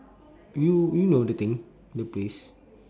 you you know the thing the place